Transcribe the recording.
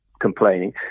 complaining